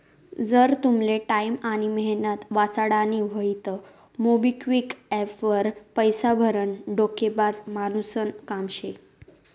जर तुमले टाईम आनी मेहनत वाचाडानी व्हयी तं मोबिक्विक एप्प वर पैसा भरनं डोकेबाज मानुसनं काम शे